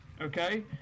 Okay